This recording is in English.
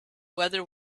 whether